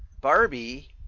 Barbie